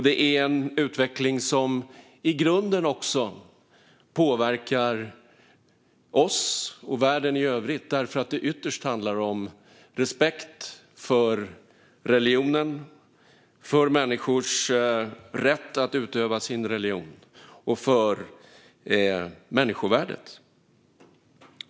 Det är en utveckling som i grunden också påverkar oss och världen i övrigt eftersom detta ytterst handlar om respekt för religionen, för människors rätt att utöva sin religion och för människovärdet.